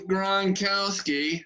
Gronkowski